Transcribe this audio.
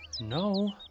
No